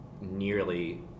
nearly